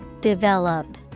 Develop